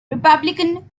republican